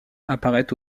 apparaît